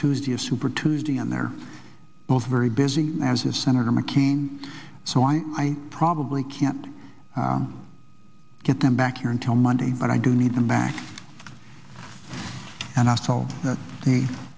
tuesday a super tuesday and they're both very busy as is senator mccain so i probably can't get them back here until monday but i do need them back and i sold the